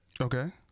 Okay